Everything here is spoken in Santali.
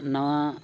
ᱱᱟᱣᱟ